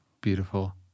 Beautiful